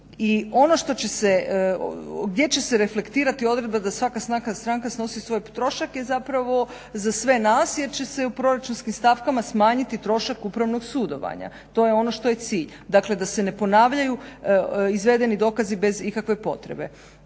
I ono što će se gdje će se reflektirati odredba da svaka … /Govornica govori prebrzo, ne razumije se./ … stranka snosi svoj trošak je zapravo za sve nas jer će se u proračunskim stavkama smanjiti trošak upravnog sudovanja. To je ono što je cilj, dakle da se ne ponavljaju izvedeni dokazi bez ikakve potrebe.